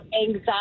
anxiety